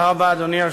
בבקשה, אדוני.